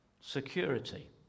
Security